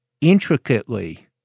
intricately